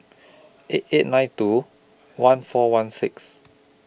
eight eight nine two one four one six